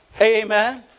Amen